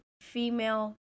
female